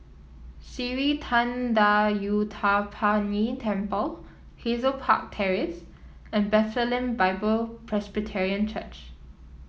Sri Thendayuthapani Temple Hazel Park Terrace and Bethlehem Bible Presbyterian Church